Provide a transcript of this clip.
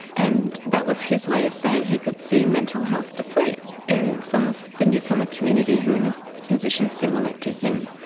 and that was his way of saying he could see mental health deplete in some of the newcomer community who are in a position similar to him.